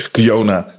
Kiona